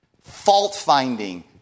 fault-finding